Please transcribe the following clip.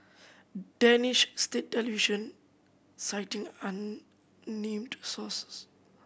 Danish state television citing unnamed sources